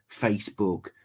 Facebook